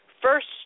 first